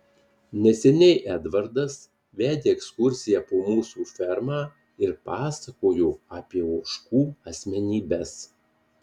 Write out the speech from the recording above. neseniai edvardas vedė ekskursiją po mūsų fermą ir pasakojo apie ožkų asmenybes